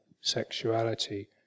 sexuality